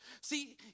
See